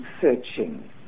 searching